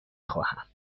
خواهم